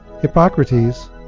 Hippocrates